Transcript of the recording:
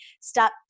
stop